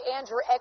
Andrew